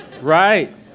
Right